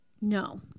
No